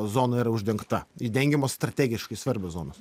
zona yra uždengta i dengiamos strategiškai svarbios zonos